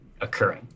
occurring